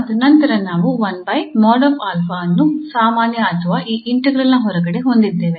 ಮತ್ತು ನಂತರ ನಾವು ಅನ್ನು ಸಾಮಾನ್ಯ ಅಥವಾ ಈ ಇಂಟಿಗ್ರಾಲ್ ನ ಹೊರಗಡೆ ಹೊಂದಿದ್ದೇವೆ